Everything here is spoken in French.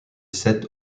sept